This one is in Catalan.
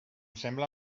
sembla